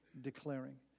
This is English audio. declaring